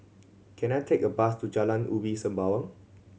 can I take a bus to Jalan Ulu Sembawang